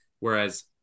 whereas